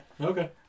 Okay